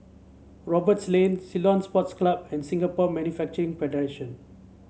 Roberts Lane Ceylon Sports Club and Singapore Manufacturing Federation